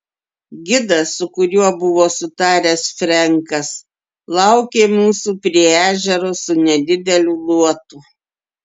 gidas su kuriuo buvo sutaręs frenkas laukė mūsų prie ežero su nedideliu luotu